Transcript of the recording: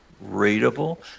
Readable